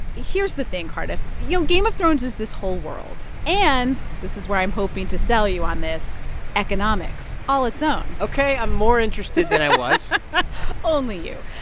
here's the thing, cardiff. you know, game of thrones is this whole world and this is where i'm hoping to sell you on this economics all its own ok, i'm more interested than i was only you.